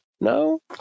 no